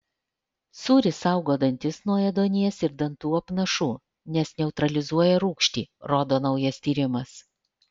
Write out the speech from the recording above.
sūris saugo dantis nuo ėduonies ir dantų apnašų nes neutralizuoja rūgštį rodo naujas tyrimas